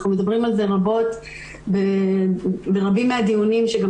אנחנו על כך רבות ברבים מהדיונים שגם